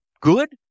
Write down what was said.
good